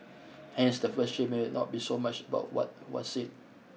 hence the first shift may not be so much about what was said